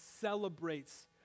celebrates